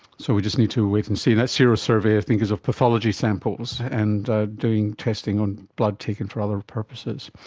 so we just need to wait and see. and that serosurvey i think is of pathology samples and doing testing on blood taken for other purposes.